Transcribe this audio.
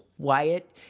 quiet